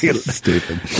Stupid